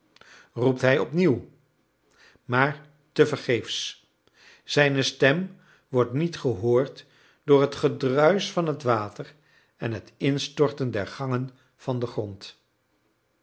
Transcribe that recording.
roept hij opnieuw maar tevergeefs zijne stem wordt niet gehoord door het gedruisch van het water en het instorten der gangen van den grond